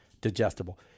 digestible